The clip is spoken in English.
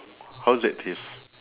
how's that taste